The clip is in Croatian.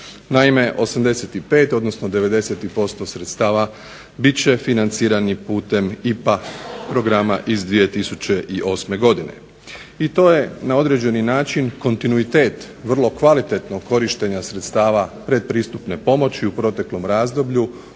Naime, 85 odnosno 90% tih sredstava bit će financirani putem IPA programa iz 2008. godine. I to je na određeni način kontinuitet vrlo kvalitetnog korištenja sredstava pretpristupne pomoći u proteklom razdoblju